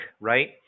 right